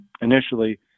initially